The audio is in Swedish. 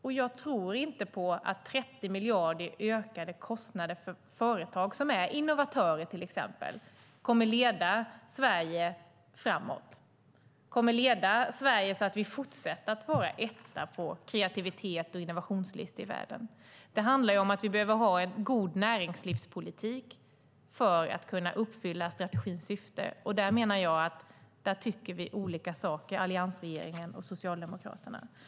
Och jag tror inte på att 30 miljarder i ökade kostnader för företag som är innovatörer till exempel kommer att leda Sverige framåt så att vi fortsätter att vara etta på kreativitets och innovationslistor i världen. Det handlar om att vi behöver ha en god näringslivspolitik för att kunna uppfylla strategins syfte, och där menar jag att alliansregeringen och Socialdemokraterna tycker olika.